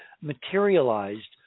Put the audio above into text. materialized